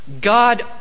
God